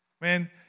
Man